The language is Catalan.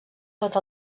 tot